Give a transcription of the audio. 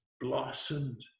blossomed